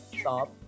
Stop